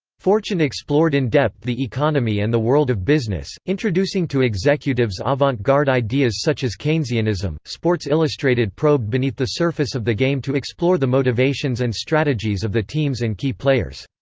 fortune explored in depth the economy and the world of business, introducing to executives ah avant-garde ideas such as keynesianism. sports illustrated probed beneath the surface of the game to explore the motivations and strategies of the teams and key players.